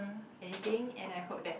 anything and I hope that